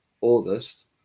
August